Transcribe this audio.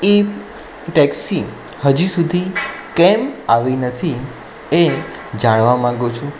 એ taxi હજી સુધી કેમ આવી નથી એ જાણવા માગું છું